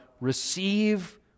receive